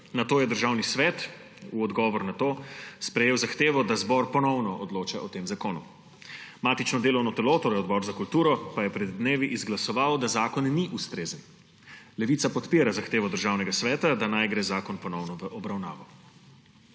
svet v odgovor na to sprejel zahtevo, da zbor ponovno odloča o tem zakonu. Matično delovno telo, to je Odbor za kulturo, pa je pred dnevi izglasoval, da zakon ni ustrezen. Levica podpira zahtevo Državnega sveta, da naj gre zakon ponovno v obravnavo.